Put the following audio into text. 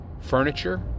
furniture